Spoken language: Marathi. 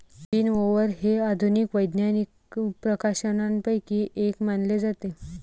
विनओवर हे आधुनिक वैज्ञानिक प्रकाशनांपैकी एक मानले जाते